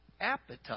appetite